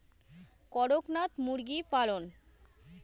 করকনাথ মুরগি পালন?